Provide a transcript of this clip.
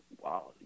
Wow